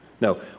No